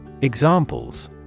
Examples